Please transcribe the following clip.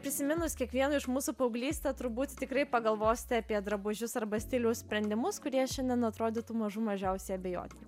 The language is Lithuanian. prisiminus kiekvieno iš mūsų paauglystę turbūt tikrai pagalvosite apie drabužius arba stiliaus sprendimus kurie šiandien atrodytų mažų mažiausiai abejotini